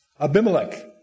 Abimelech